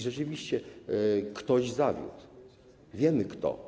Rzeczywiście ktoś zawiódł i wiemy, kto.